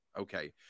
Okay